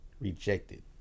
rejected